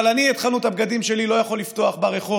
אבל אני את חנות הבגדים שלי לא יכול לפתוח ברחוב?